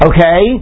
Okay